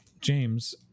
James